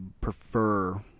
prefer